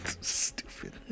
stupid